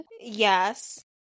Yes